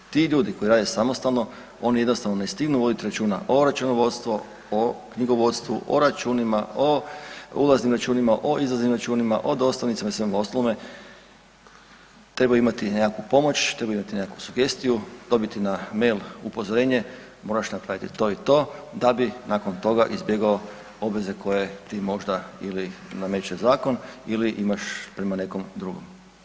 Ti ljudi koji rade samostalno, oni jednostavno ne stignu voditi računa o računovodstvo, o knjigovodstvu, o računima, o ulaznim računima, o izlaznim računima, o dostavnicama i svemu ostalome, trebaju imati nekakvu pomoć, trebaju imati nekakvu sugestiju, dobiti na mail upozorenje, moraš napraviti to i to da bi nakon toga izbjegao obveze koje ti možda ili nameće zakon ili imaš prema nekom drugom.